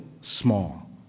small